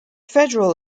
federal